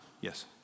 Yes